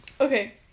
Okay